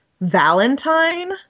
Valentine